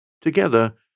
Together